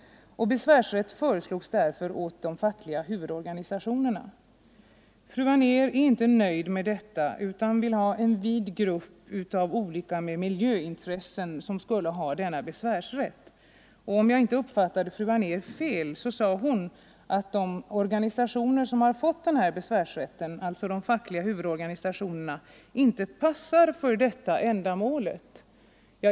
Besvärsrätt föreslogs därför åt de fackliga huvudorganisationerna. Fru Anér är inte nöjd med detta, utan vill att en vid grupp av olika miljöintressen skulle ha denna besvärsrätt. Om jag inte uppfattade henne fel sade hon att de organisationer som har fått besvärsrätten — alltså de fackliga huvudorganisationerna — inte passar för detta ändamål.